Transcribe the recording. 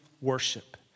worship